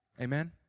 Amen